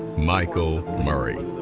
michael murray.